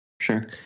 sure